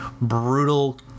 brutal